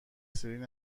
سیلین